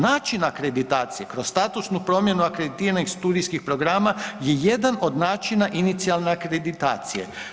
Način akreditacije kroz statusnu promjenu akreditiranih studijskih programa je jedan od načina inicijalne akreditacije.